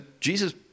Jesus